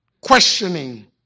questioning